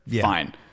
Fine